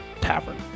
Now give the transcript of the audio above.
Tavern